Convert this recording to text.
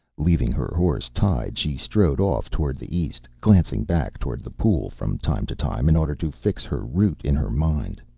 leaving her horse tied she strode off toward the east, glancing back toward the pool from time to time in order to fix her route in her mind.